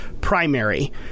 primary